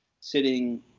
sitting